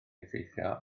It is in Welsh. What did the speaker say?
effeithio